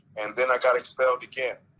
and then i got expelled again.